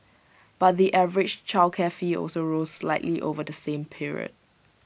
but the average childcare fee also rose slightly over the same period